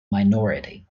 minority